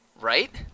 Right